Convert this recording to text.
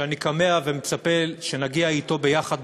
שאני כמהַ ומצפה שנגיע אתו ביחד,